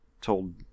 told